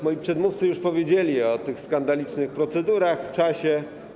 Moi przedmówcy już powiedzieli o skandalicznych procedurach, o czasie.